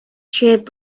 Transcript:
sheep